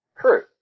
True